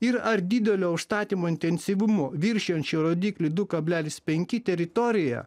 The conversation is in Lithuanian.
ir ar didelio užstatymo intensyvumu viršijančių rodikliu du kablelis penki teritoriją